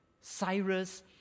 Cyrus